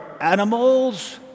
animals